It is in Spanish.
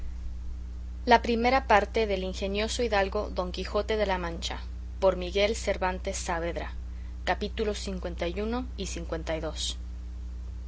la segunda parte del ingenioso caballero don quijote de la mancha por miguel de cervantes saavedra y no